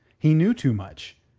he knew too much.